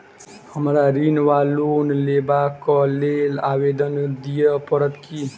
हमरा ऋण वा लोन लेबाक लेल आवेदन दिय पड़त की?